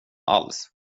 alls